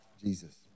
Jesus